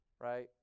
right